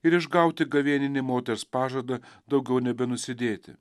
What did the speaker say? ir išgauti gavėninį moters pažadą daugiau nebenusidėti